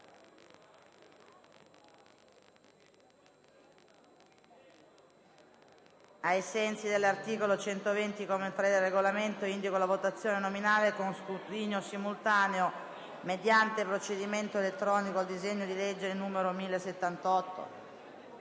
Ai sensi dell'articolo 120, comma 3, del Regolamento, indíco la votazione nominale con scrutinio simultaneo, mediante procedimento elettronico, del disegno di legge, nel suo